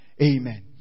Amen